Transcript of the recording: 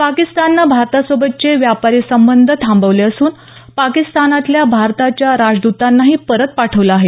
पाकिस्ताननं भारतासोबतचे व्यापारी संबंध थांबवले असून पाकिस्तानाततल्या भारताच्या राजद्तांनाही परत पाठवलं आहे